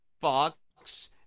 Fox